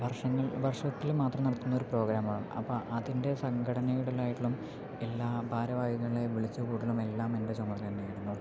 വർഷങ്ങൾ വർഷത്തില് മാത്രം നടത്തുന്ന ഒരു പ്രോഗ്രാമാണ് അപ്പം അതിൻ്റെ ഒരു സംഘടനഇടനായാടിലും എല്ലാം ഭാരവാഹികളെ വിളിച്ച് കൂട്ടലുമെല്ലാം എൻ്റെ ചുമതല തന്നെയായിരുന്നു